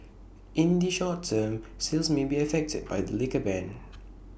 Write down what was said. in the short term sales may be affected by the liquor ban